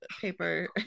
paper